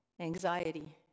Anxiety